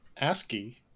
ASCII